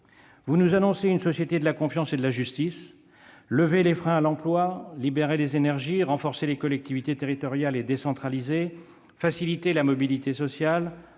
Vous nous annoncez une société de la confiance et de la justice. Lever les freins à l'emploi, libérer les énergies, renforcer les collectivités territoriales et décentraliser, faciliter la mobilité sociale,